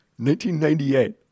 1998